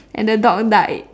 and the dog died